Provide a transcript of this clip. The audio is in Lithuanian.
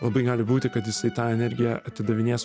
labai gali būti kad jisai tą energiją atidavinės